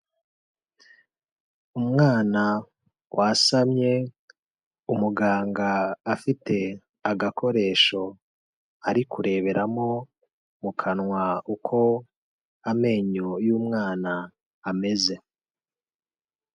Umwana wasamye umuganga afite agakoresho ari kureberamo mu kanwa uko amenyo y'umwana ameze.